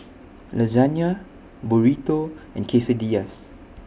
Lasagna Burrito and Quesadillas